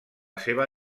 seva